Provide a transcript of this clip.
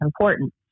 important